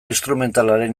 instrumentalaren